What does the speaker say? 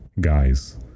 Guys